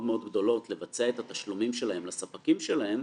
גדולות לבצע את התשלומים שלהן לספקים שלהן,